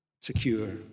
secure